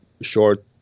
short